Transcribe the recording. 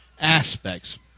aspects